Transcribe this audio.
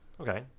Okay